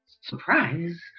surprise